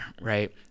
right